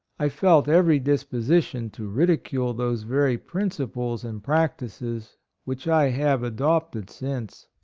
i felt every disposition to ridicule those very principles and practices which i have adopted since.